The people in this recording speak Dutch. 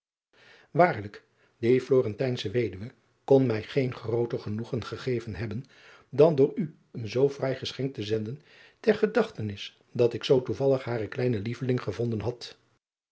aarlijk die lorentijnsche weduwe kon mij geen grooter genoegen gegeven hebben dan door u een zoo fraai geschenk te zenden ter gedachtenis dat ik zoo toevallig haren kleinen lieveling gevonden had